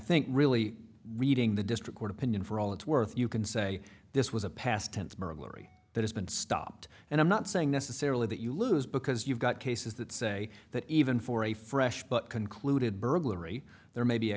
think really reading the district court opinion for all its worth you can say this was a past tense burglary that has been stopped and i'm not saying necessarily that you lose because you've got cases that say that even for a fresh but concluded burglary there may be